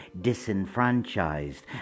disenfranchised